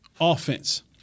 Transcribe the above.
offense